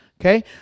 okay